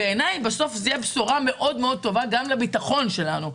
בעיניי זו תהיה בשורה טובה מאוד גם לביטחון שלנו,